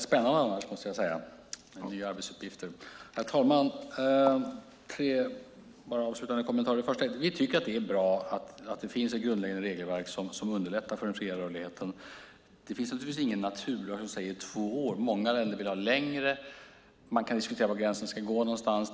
Herr talman! Vi tycker att det är bra att det finns ett grundläggande regelverk som underlättar för den fria rörligheten. Det finns naturligtvis ingen naturlag som säger två år. Många länder vill ha en längre tid. Man kan diskutera var gränsen ska gå någonstans.